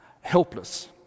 helpless